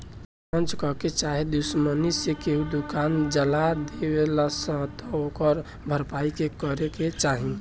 अगर अन्चक्के चाहे दुश्मनी मे केहू दुकान जला देलस त ओकर भरपाई के करे के चाही